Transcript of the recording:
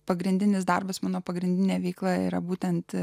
pagrindinis darbas mano pagrindinė veikla yra būtent